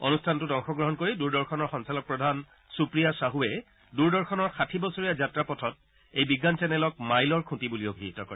অনুষ্ঠানটোত অংশ গ্ৰহণ কৰি দূৰদৰ্শনৰ সঞ্চালক প্ৰধান সুপ্ৰিয়া সাহুৱে দূৰদৰ্শনৰ যাঠি বছৰীয়া যাত্ৰাপথত এই বিজ্ঞান চেনেলক মাইলৰ খুঁটি বুলি অভিহিত কৰে